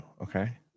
okay